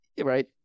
right